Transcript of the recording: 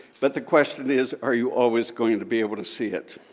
but the question is are you always going to be able to see it.